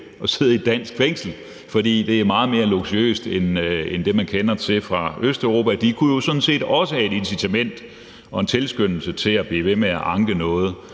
at sidde i et dansk fængsel, fordi det er meget mere luksuriøst end det, man kender til fra Østeuropa. Det kunne jo sådan set også have et incitament og en tilskyndelse til at blive ved med at anke noget,